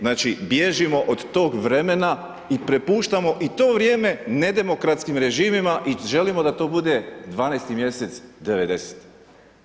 Znači bježimo od tog vremena i prepuštamo i to vrijeme nedemokratskim režimima i želimo da to bude 12. mjesec 90-te.